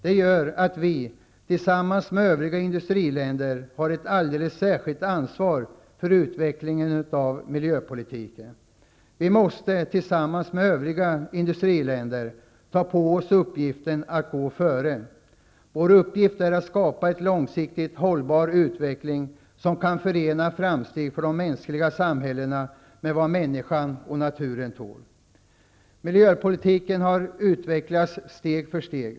Det gör att vi, tillsammans med övriga industriländer, har ett alldeles särskilt ansvar för utvecklingen av miljöpolitiken. Vi och övriga industriländer måste ta på oss uppgiften att gå före. Vår uppgift är att skapa en långsiktigt hållbar utveckling, som kan förena framsteg för de mänskliga samhällena med vad människan och naturen tål. Miljöpolitiken har utvecklats steg för steg.